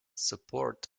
support